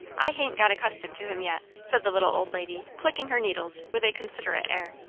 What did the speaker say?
i hain't got accustomed to him yet, said the little old lady, clicking her needles with a considerate air.